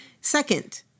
Second